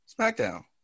SmackDown